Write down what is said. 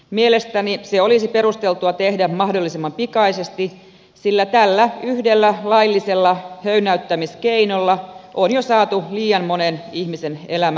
mielestäni se olisi perusteltua tehdä mahdollisimman pikaisesti sillä tällä yhdellä laillisella höynäyttämiskeinolla on jo saatu liian monen ihmisen elämä raiteiltaan